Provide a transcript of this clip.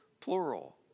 plural